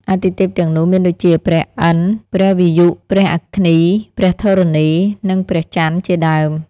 អាទិទេពទាំងនោះមានដូចជា ព្រះឥន្ទ្រ ព្រះវាយុ ព្រះអគ្នី ព្រះធរណី និងព្រះចន្ទ្រ ជាដើម។